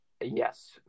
yes